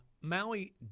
Maui